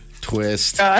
Twist